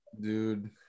Dude